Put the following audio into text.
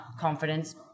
Confidence